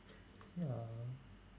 ya